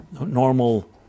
normal